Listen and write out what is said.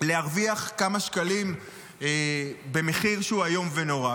להרוויח כמה שקלים במחיר שהוא איום ונורא.